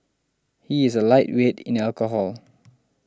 he is a lightweight in alcohol